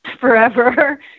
forever